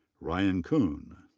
ryan kuhn.